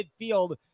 midfield